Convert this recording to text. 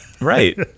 right